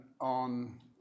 on